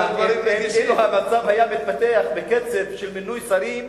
אילו התפתח המצב בקצב של מינוי שרים,